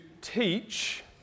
teach